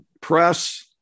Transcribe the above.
Press